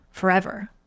forever